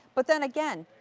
but then again,